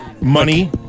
money-